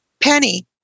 Penny